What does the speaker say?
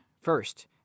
first